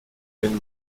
den